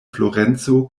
florenco